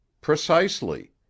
Precisely